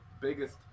biggest